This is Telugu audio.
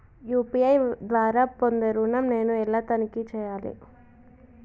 యూ.పీ.ఐ ద్వారా పొందే ఋణం నేను ఎలా తనిఖీ చేయాలి?